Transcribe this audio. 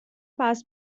pass